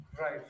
Right